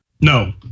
No